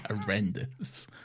horrendous